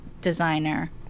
designer